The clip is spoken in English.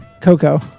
Coco